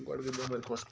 گۄڈٕ گٔے بیٚمٲرۍ کۄس چھِ